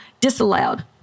disallowed